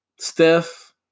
Steph